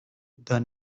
the